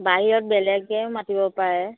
বাহিৰত বেলেগেও মাতিব পাৰে